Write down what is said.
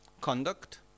conduct